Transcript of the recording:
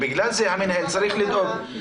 בגלל זה, המנהל צריך לדאוג.